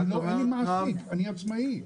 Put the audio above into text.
אין לי מעסיק, אני עצמאי.